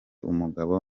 umugabo